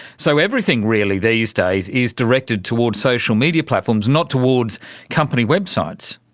so everything really these days is directed towards social media platforms, not towards company websites.